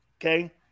okay